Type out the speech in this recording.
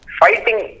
fighting